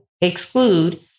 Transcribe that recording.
exclude